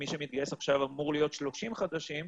מי שמתגייס עכשיו אמור להיות 30 חודשים,